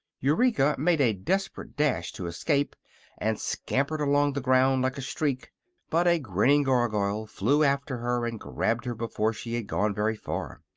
eureka made a desperate dash to escape and scampered along the ground like a streak but a grinning gargoyle flew after her and grabbed her before she had gone very far.